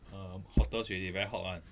err hottest already very hot [one]